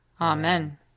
Amen